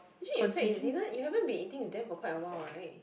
actually in fact you didn't you haven't been eating with them for quite a while [right]